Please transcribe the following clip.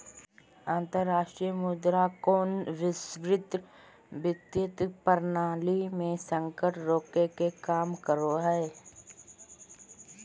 अंतरराष्ट्रीय मुद्रा कोष वैश्विक वित्तीय प्रणाली मे संकट रोके के काम करो हय